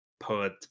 Poet